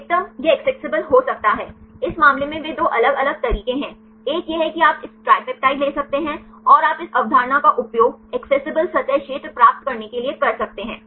अधिकतम यह एक्सेसिबल हो सकता है इस मामले में वे दो अलग अलग तरीके हैं एक यह है कि आप इस ट्रिपेप्टाइड ले सकते हैं और आप इस अवधारणा का उपयोग एक्सेसिबल सतह क्षेत्र प्राप्त करने के लिए कर सकते हैं